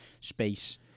space